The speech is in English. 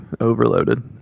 overloaded